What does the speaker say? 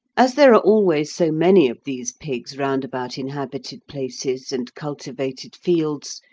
as there are always so many of these pigs round about inhabited places and cultivated fields,